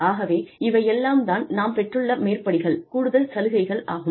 ஆகவே இவையெல்லாம் தான் நாம் பெற்றுள்ள மேற்படிகள் கூடுதல் சலுகைகள் ஆகும்